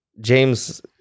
James